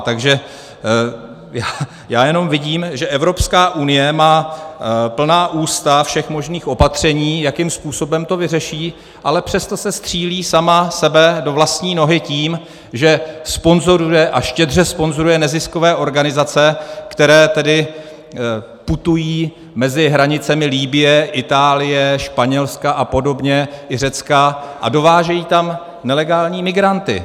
Takže já jenom vidím, že Evropská unie má plná ústa všech možných opatření, jakým způsobem to vyřeší, ale přesto se střílí sama sebe do vlastní nohy tím, že sponzoruje, a štědře sponzoruje, neziskové organizace, které putují mezi hranicemi Libye, Itálie, Španělska apod., i Řecka, a dovážejí tam nelegální migranty.